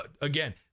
Again